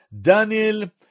Daniel